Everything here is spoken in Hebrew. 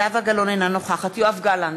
אינה נוכחת יואב גלנט,